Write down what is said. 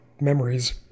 memories